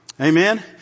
Amen